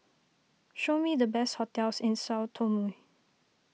show me the best hotels in Sao Tome